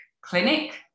clinic